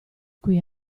qui